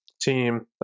team